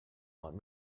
want